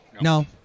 No